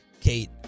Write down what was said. Kate